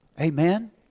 Amen